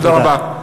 תודה רבה.